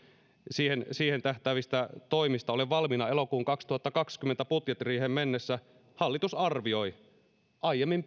siihen siihen tähtäävistä toimista ole valmiita elokuun kaksituhattakaksikymmentä budjettiriiheen mennessä hallitus arvioi aiemmin